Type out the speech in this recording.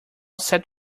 sat